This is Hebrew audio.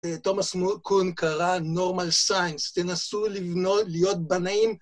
תומאס קון קרא normal science, תנסו להיות בנאים